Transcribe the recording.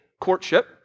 courtship